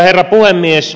herra puhemies